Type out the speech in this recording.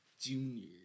Junior